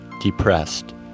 depressed